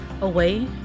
away